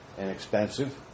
Inexpensive